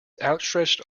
outstretched